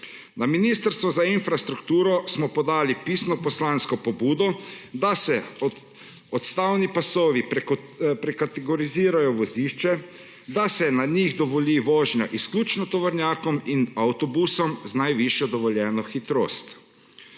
Na Ministrstvo za infrastrukturo smo podali pisno poslansko pobudo, da se odstavni pasovi prekategorizirajo v vozišče, da se na njih dovoli vožnja izključno tovornjakom in avtobusom z najvišjo dovoljeno hitrost.